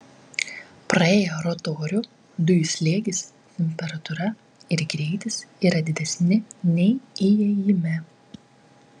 praėję rotorių dujų slėgis temperatūra ir greitis yra didesni nei įėjime